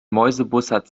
mäusebussard